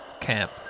camp